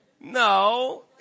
No